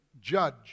judge